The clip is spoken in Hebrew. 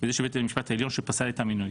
וזה של בית המשפט העליון שפסל את המינוי,